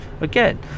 again